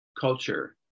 culture